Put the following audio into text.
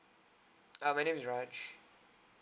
uh my name is raj